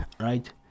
right